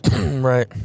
Right